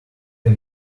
can